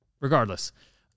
Regardless